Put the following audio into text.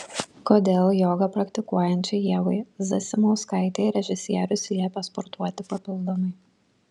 kodėl jogą praktikuojančiai ievai zasimauskaitei režisierius liepė sportuoti papildomai